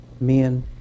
Men